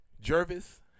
Jervis